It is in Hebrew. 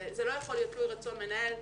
זה לא יכול להיות תלוי רצון מנהל.